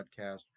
podcast